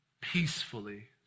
peacefully